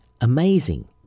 Amazing